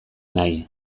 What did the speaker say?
nahi